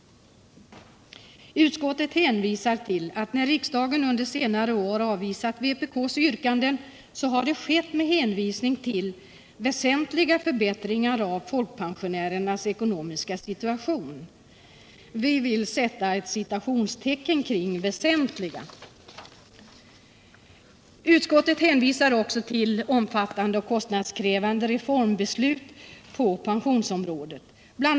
Utskottet hänvisar till att när riksdagen under senare år har avvisat vpk:s yrkanden har det skett med hänvisning till väsentliga förbättringar av folkpensionärernas ekonomiska situation. Vi vill sätta citationstecken kring ”väsentliga”. Utskottet hänvisar också till omfattande och kostnadskrävande reformbeslut på pensionsområdet. Bl.